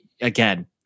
Again